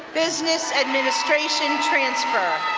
business administration transfer.